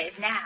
now